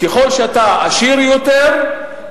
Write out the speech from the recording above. ככל שאתה עשיר יותר,